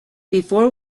before